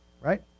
Right